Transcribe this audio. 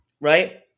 Right